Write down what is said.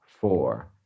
four